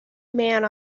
man